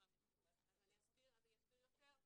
אני אסביר יותר.